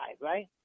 right